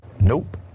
Nope